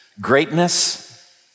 greatness